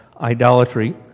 idolatry